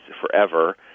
forever